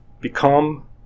become